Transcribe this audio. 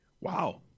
Wow